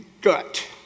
gut